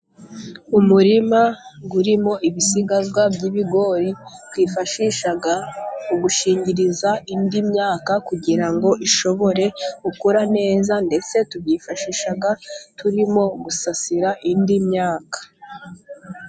Umurima urimo ibisigazwa by'ibigori twifashisha mu gushingiriza indi myaka, kugira ngo ishobore gukura neza, ndetse tubyifashisha turimo gusasira indi myaka.